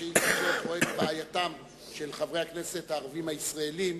בשאילתות אני רואה את בעייתם של חברי הכנסת הערבים הישראלים,